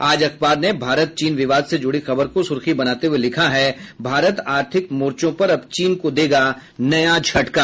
आज अखबार ने भारत चीन विवाद से जुड़ी खबर को सुर्खी बनाते हुये लिखा है भारत अर्थिक मोर्चों पर अब चीन को देगा नया झटका